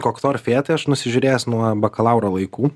kokto orfėją tai aš nusižiūrėjęs nuo bakalauro laikų